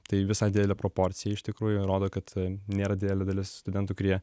tai visai didelė proporcija iš tikrųjų rodo kad nėra didelė dalis studentų kurie